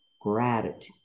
Gratitude